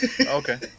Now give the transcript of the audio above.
Okay